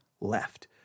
left